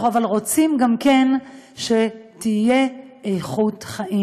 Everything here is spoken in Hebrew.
אבל אנחנו גם רוצים שתהיה איכות חיים,